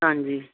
ਹਾਂਜੀ